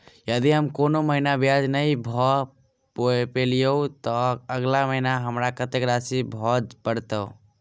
यदि हम कोनो महीना ब्याज नहि भर पेलीअइ, तऽ अगिला महीना हमरा कत्तेक राशि भर पड़तय?